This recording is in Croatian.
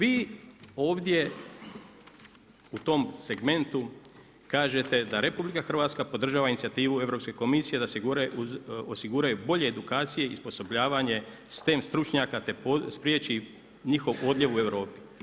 Vi ovdje u tom segmentu kažete da RH podržava inicijativu Europske komisije, da se osiguraju bolje edukacije i osposobljavanje stem stručnjaka te spriječi njihov odljev u Europi.